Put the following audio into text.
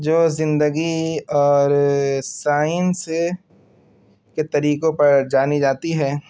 جو زندگی اور سائنس کے طریکوں پر جانی جاتی ہے